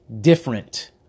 different